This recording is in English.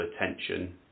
attention